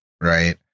right